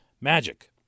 magic